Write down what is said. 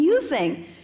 Using